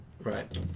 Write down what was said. Right